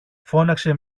φώναξε